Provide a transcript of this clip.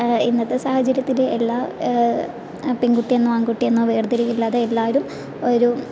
ഇന്നത്തെ സാഹചര്യത്തിൽ എല്ലാ പെൺകുട്ടി എന്നോ ആൺകുട്ടി എന്നോ വേർതിരിവില്ലാതെ എല്ലാവരും ഒരു